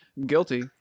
Guilty